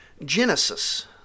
Genesis